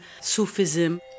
Sufism